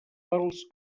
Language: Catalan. pels